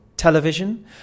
Television